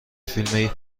فیلم